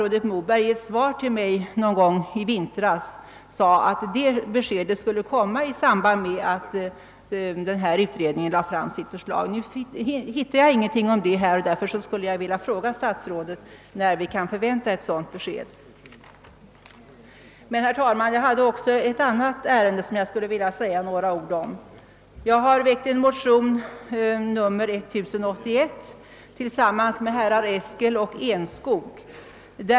Någon gång i vintras sade statsrådet Moberg i ett svar till mig att besked därom skulle lämnas i samband med att skolöverstyrelsen lägger fram sitt utredningsförslag. Nu hittar jag inte något svar på denna fråga och skulle därför av statsrådet vilja veta när vi kan vänta ett sådant besked. Men, herr talman, jag skulle också vilja säga några ord om ett annat ärende. Jag har väckt motionen II: 1081 tillsammans med herrar Eskel och Enskog.